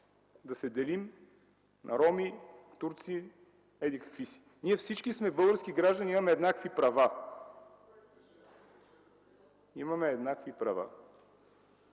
да се делим на роми, турци и еди-какви си. Ние всички сме български граждани и имаме еднакви права. Имаме еднакви права!